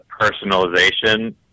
personalization